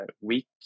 week